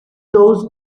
those